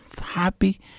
happy